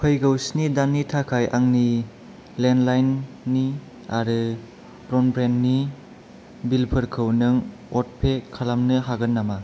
फैगौ स्नि दाननि थाखाय आंनि लेन्डलाइननि आरो ब्र'डबेन्डनि बिलफोरखौ नों अट'पे खालामनो हागोन नामा